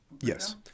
Yes